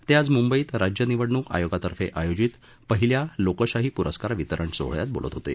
ते आज मुंबईत राज्य निवडणुक आयोगातर्फे आयोजित पहिल्या लोकशाही पुरस्कार वितरण सोहळयात बोलत होते